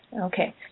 Okay